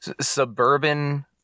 suburban